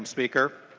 um speaker.